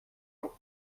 شود